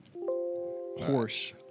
Horse